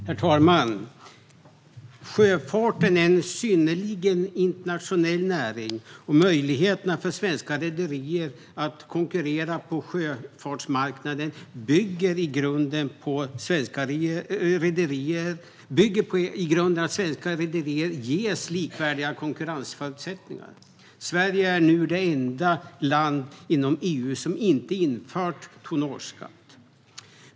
Herr talman! Sjöfarten är en synnerligen internationell näring, och möjligheterna för svenska rederier att konkurrera på sjöfartsmarknaden bygger i grunden på att svenska rederier ges likvärdiga konkurrensförutsättningar. Sverige är det enda land inom EU som inte har infört tonnageskatt.